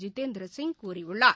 ஜிதேந்திர சிங் கூறியுள்ளார்